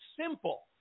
simple